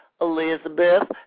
Elizabeth